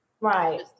Right